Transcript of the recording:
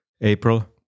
April